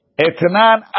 Etnan